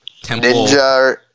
ninja